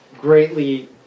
greatly